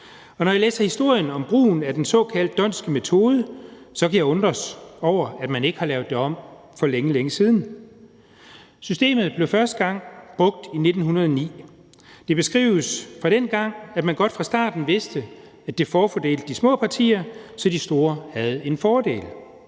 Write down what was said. Når jeg læser historien om brugen af den såkaldte d'Hondtske metode, kan jeg undres over, at man ikke har lavet det om for længe, længe siden. Systemet blev første gang brugt i 1909. Det beskrives fra dengang, at man godt fra starten vidste, at det forfordelte de små partier, så de store havde en fordel.